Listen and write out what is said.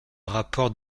rapport